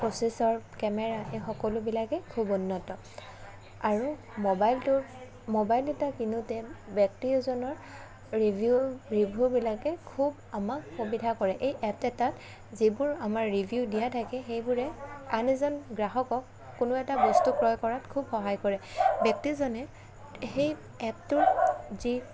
processor camera সেই সকলোবিলাকে খুব উন্নত আৰু মোবাইলটোৰ মোবাইলটোৰ মোবাইল এটা কিনোতে ব্যক্তি এজনৰ ৰিভিউ ৰিভিউবিলাকে খুব আমাক সুবিধা কৰে এই এপ এটাত যিবোৰ আমাৰ ৰিভিউ দিয়া থাকে সেইবোৰে আন এজন গ্ৰাহকক কোনো এটা বস্তু ক্ৰয় কৰাত খুব সহায় কৰে ব্যক্তিজনে এই এপটোৰ যি